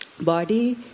body